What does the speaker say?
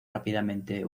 rápidamente